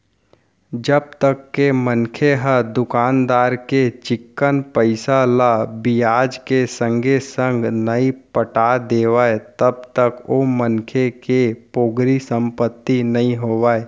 जब तक के मनखे ह दुकानदार के चिक्कन पइसा ल बियाज के संगे संग नइ पटा देवय तब तक ओ मनखे के पोगरी संपत्ति नइ होवय